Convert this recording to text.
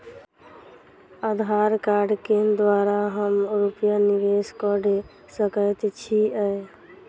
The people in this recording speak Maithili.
आधार कार्ड केँ द्वारा हम रूपया निवेश कऽ सकैत छीयै?